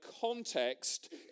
context